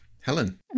Helen